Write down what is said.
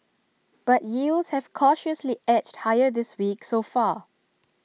but yields have cautiously edged higher this week so far